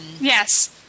Yes